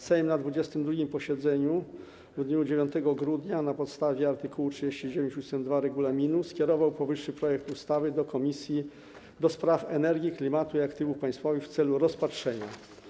Sejm na 22. posiedzeniu w dniu 9 grudnia na podstawie art. 39 ust. 2 regulaminu skierował powyższy projekt ustawy do Komisji do Spraw Energii, Klimatu i Aktywów Państwowych w celu rozpatrzenia.